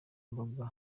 mbona